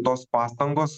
tos pastangos